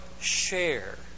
share